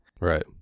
Right